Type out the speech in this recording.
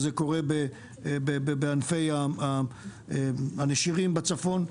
וזה קורה בענפי הנשירים בצפון,